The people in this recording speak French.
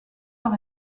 par